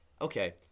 Okay